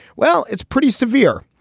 well, it's pretty severe.